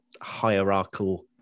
hierarchical